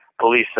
police